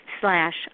slash